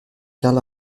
karl